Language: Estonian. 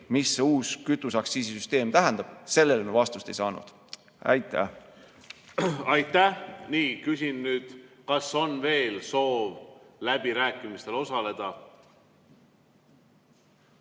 see uus kütuseaktsiisi süsteem tähendab, sellele me vastust ei saanud. Aitäh! Aitäh! Küsin, kas on veel soovi läbirääkimistel osaleda?